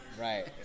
Right